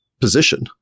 position